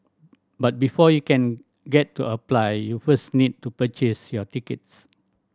but before you can get to apply you first need to purchase your tickets